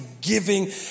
giving